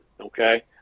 okay